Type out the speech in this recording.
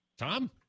Tom